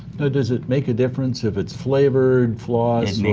does it make a difference if it's flavored floss